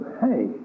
Hey